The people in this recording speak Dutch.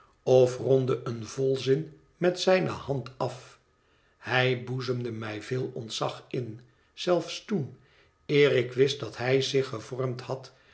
of rondde een volzin met zijne hand af hij boezemde mij veel ontzag in zelfs toen eer ik wist dat hij zich gevormd had